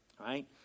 right